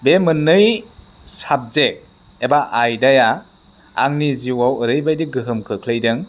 बे मोननै साबजेक्ट एबा आयदाया आंनि जिउआव ओरैबायदि गोहोम खोख्लैदों